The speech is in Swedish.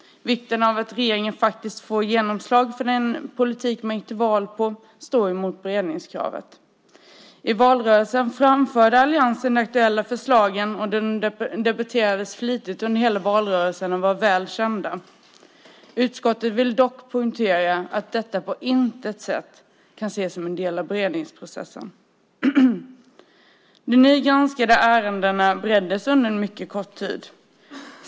Vikten av att regeringen får genomslag för den politik man gick till val på står mot beredningskravet. I valrörelsen framförde alliansen de aktuella förslagen, och de debatterades flitigt under hela valrörelsen och var väl kända. Utskottet vill dock poängtera att detta på intet sätt kan ses som en del av beredningsprocessen. De nu granskade ärendena bereddes under en mycket kort tid.